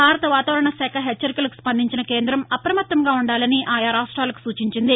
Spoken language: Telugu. భారత వాతావరణ శాఖ హెచ్చరికలకు స్పందించిన కేంద్రం అప్రమత్తంగా ఉండాలని ఆయా రాష్ట్రాలకు సూచించింది